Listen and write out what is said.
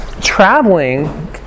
traveling